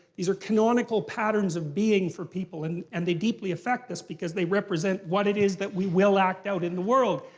these are canonical patterns of being for people. and and they deeply affect us because they represent what it is that we will act out in the world.